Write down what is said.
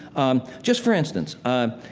um, just for instance, ah,